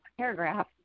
paragraph